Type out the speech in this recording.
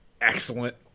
excellent